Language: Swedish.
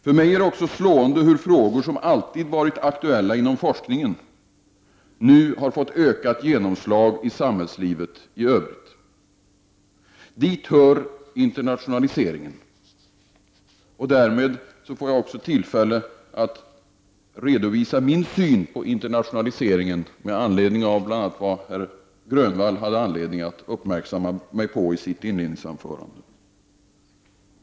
För mig är det också slående att frågor som alltid har varit aktuella inom forskningen nu har fått ökat genomslag i samhällslivet i övrigt. Dit hör internationaliseringen. Därmed får jag också tillfälle att redovisa min syn på internationaliseringen, bl.a. med anledning av vad herr Grönvall hade anledning att göra mig uppmärksam på i sitt inledningsanförande.